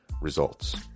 results